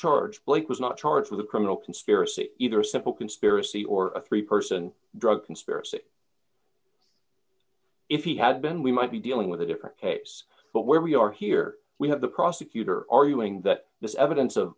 charged blake was not charged with a criminal conspiracy either a simple conspiracy or a three person drug conspiracy if he had been we might be dealing with a different case but where we are here we have the prosecutor arguing that this evidence of